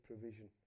provision